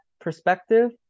perspective